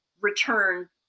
return